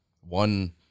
one